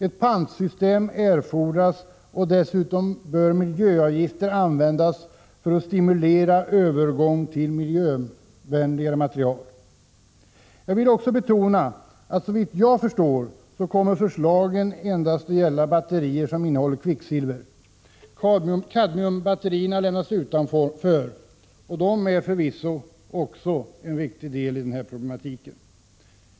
Ett pantsystem erfordras, och dessutom bör miljöavgifter användas för att stimulera övergång till miljövänligare material. Jag vill också betona att såvitt jag förstår kommer förslagen endast att gälla batterier som innehåller kvicksilver. Kadmiumbatterierna lämnas utanför, och de är förvisso också en viktig del i problematiken.